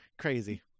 crazy